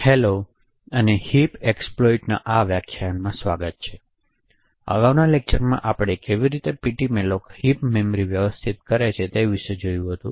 hello અને heap એક્સપ્લોઈટના આ વ્યાખ્યાન સ્વાગત છે અગાઉના લેક્ચરમાં આપણે કેવી રીતે ptmalloc હિપ મેમરી વ્યવસ્થા કરે છે તે વિશે જોયું હતું